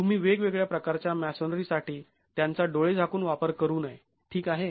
तुम्ही वेगवेगळ्या प्रकारच्या मॅसोनरी साठी त्यांचा डोळे झाकून वापर करू नये ठीक आहे